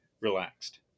relaxed